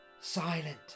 silent